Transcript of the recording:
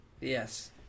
Yes